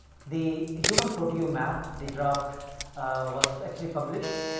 the human proteome map the draft was actually published.